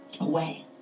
Away